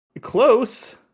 Close